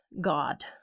God